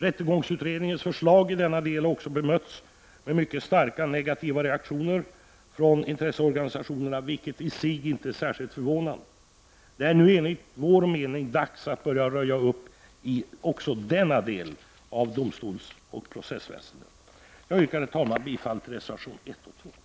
Rättegångsutredningens förslag i denna del har också bemötts med mycket starka negativa reaktioner från intresseorganisationerna, vilket i sig inte är särskilt förvånande. Det är enligt vår mening dags att börja röja upp även i denna del av domstolsoch processväsendet. : Herr talman! Jag yrkar bifall till reservationerna 1 och 3.